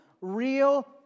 real